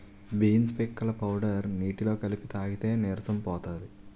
beans పిక్కల powder నీటిలో కలిపి తాగితే నీరసం పోతది